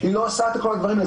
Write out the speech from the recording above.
היא לא עושה את כל הדברים האלה.